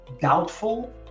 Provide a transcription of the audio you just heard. doubtful